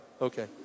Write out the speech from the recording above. Okay